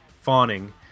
fawning